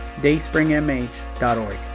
dayspringmh.org